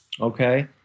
okay